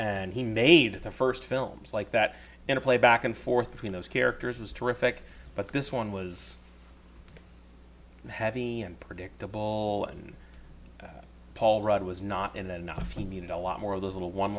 and he made the first films like that in a play back and forth between those characters was terrific but this one was heavy and predictable and paul rudd was not enough he needed a lot more of those little one